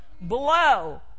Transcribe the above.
Blow